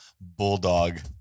Bulldog